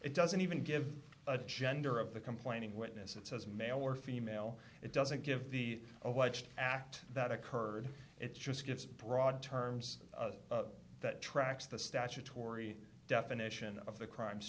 it doesn't even give a gender of the complaining witness it says male or female it doesn't give the alleged act that occurred it just gives broad terms that tracks the statutory definition of the crimes